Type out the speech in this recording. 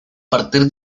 partir